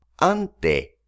Ante